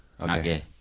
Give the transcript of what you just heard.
Okay